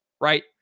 right